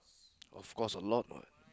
of course a lot what